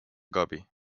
guppy